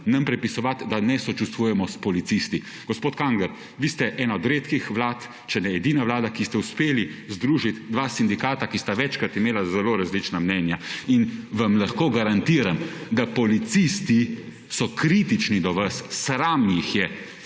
nam pripisovat, da ne sočustvujemo s policisti. Gospod Kangler, vi ste ena od redkih vlad, če ne edina vlada, ki ste uspeli združit dva sindikata, ki sta večkrat imela zelo različna mnenja in vam lahko garantiram, da policisti so kritični do vas, sram jih je